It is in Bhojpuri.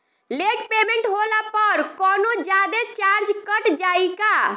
लेट पेमेंट होला पर कौनोजादे चार्ज कट जायी का?